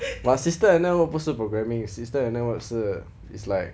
but system and network 不是 programming system and network 是 it's like